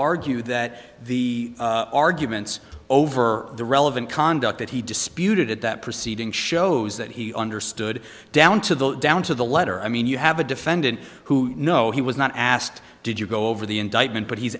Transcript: argue that the arguments over the relevant conduct that he disputed at that proceeding shows that he understood down to the down to the letter i mean you have a defendant who no he was not asked did you go over the indictment but he's